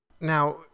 Now